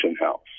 house